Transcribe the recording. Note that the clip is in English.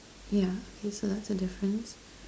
yeah guess that's a difference